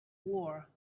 war